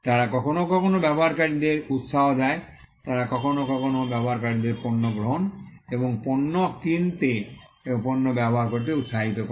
তারা কখনও কখনও ব্যবহারকারীদের উত্সাহ দেয় তারা কখনও কখনও ব্যবহারকারীদের পণ্য গ্রহণ এবং পণ্য কিনতে এবং পণ্য ব্যবহার করতে উত্সাহিত করে